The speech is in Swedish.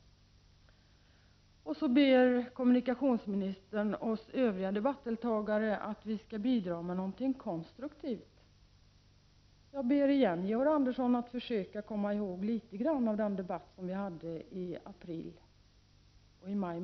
Sedan ber kommunikationsministern oss övriga debattdeltagare att bidra med någonting konstruktivt. Jag ber på nytt Georg Andersson att försöka komma ihåg litet av de debatter som vi hade i april och maj.